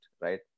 right